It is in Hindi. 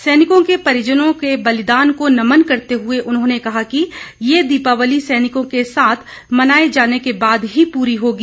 सैनिकों के परिजनों के बलिदान को नमन करते हुए उन्होंने कहा कि यह दीपावली सैनिकों के साथ मनाए जाने के बाद ही पूरी होगी